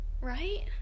Right